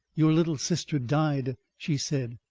your little sister died, she said.